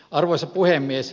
arvoisa puhemies